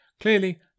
Clearly